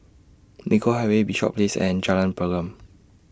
Nicoll Highway Bishops Place and Jalan Pergam